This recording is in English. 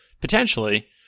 potentially